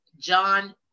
John